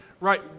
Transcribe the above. right